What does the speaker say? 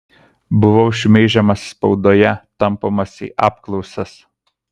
buvau šmeižiamas spaudoje tampomas į apklausas